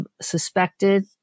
suspected